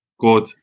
Good